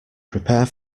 prepare